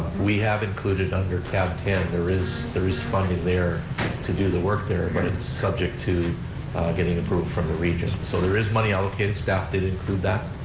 we have included under tab ten, there is there is funding there to do the work there, but it's subject to getting approved from the region. so there is money allocated, staff did include that,